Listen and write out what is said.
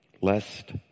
lest